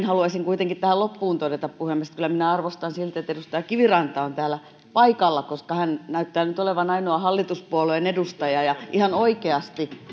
haluaisin kuitenkin tähän loppuun todeta puhemies että kyllä minä arvostan sitä että edustaja kiviranta on täällä paikalla koska hän näyttää nyt olevan ainoa hallituspuolueen edustaja ihan oikeasti